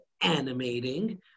animating